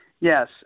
Yes